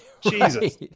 Jesus